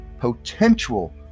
potential